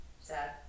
sad